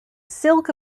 silk